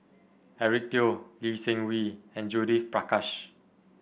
Eric Teo Lee Seng Wee and Judith Prakash